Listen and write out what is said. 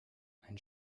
ein